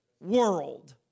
world